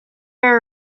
were